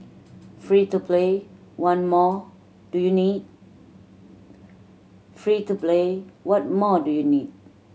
free to play one more do you need free to play what more do you need